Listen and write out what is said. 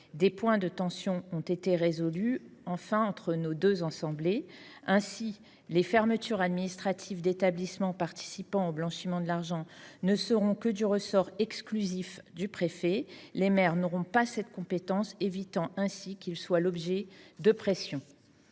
Des points de tension ont été résolus, enfin, entre nos deux assemblées. Ainsi, les fermetures administratives d'établissements participants au blanchiment de l'argent ne seront que du ressort exclusif du préfet. Les maires n'auront pas cette compétence, évitant ainsi qu'il soit l'objet de pression.